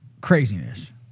craziness